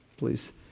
please